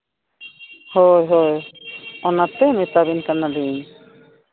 ᱦᱳᱭ ᱦᱳᱭ ᱚᱱᱟᱛᱮ ᱢᱮᱛᱟᱵᱤᱱ ᱠᱟᱱᱟᱞᱤᱧ